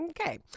Okay